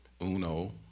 uno